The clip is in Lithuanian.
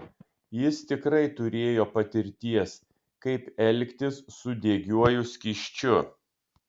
jis tikrai turėjo patirties kaip elgtis su degiuoju skysčiu